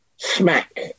smack